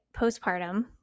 postpartum